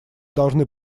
должны